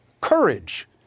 courage